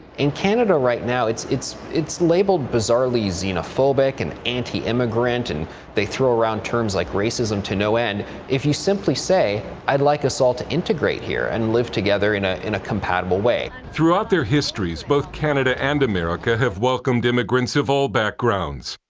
in canada right now it's it's labeled bizarrely xenophobic and anti-immigrant and they throw around terms like racism to no end if you simply say i'd like us all to integrate here and live together in ah in a compatible way. reporter throughout their histories, both canada and america have welcomed immigrants of all backgrounds,